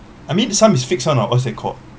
I mean some is fixed one oh what's that called